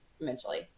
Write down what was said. mentally